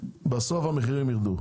בסוף המחירים ירדו.